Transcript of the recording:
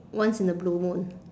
once in a blue moon